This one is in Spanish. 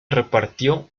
repartió